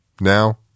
Now